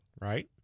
Right